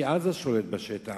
כי עזה שולטת בשטח,